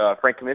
Frank